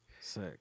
Sick